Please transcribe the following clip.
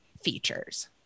features